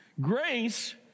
Grace